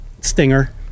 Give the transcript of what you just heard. stinger